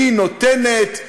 היא נותנת,